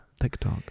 TikTok